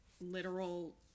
literal